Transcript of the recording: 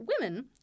women